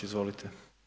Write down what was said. Izvolite.